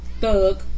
Thug